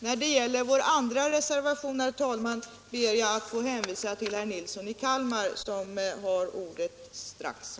När det gäller vår andra reservation ber jag att få hänvisa till herr Nilsson i Kalmar, som strax kommer att få ordet.